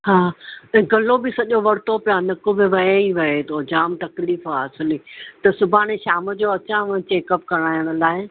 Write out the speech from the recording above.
हा ऐं गलो बि सॼो वरितो पिया न नक बि वहे ई वहे तो जाम तकलीफ़ आहे असुल त सुभाणे शाम जो अचांव मां चेकअप कराइण लाइ